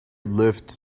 lift